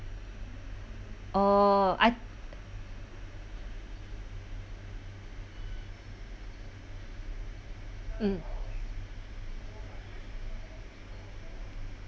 oh I mm